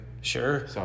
Sure